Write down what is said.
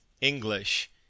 English